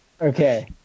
Okay